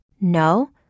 No